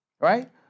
Right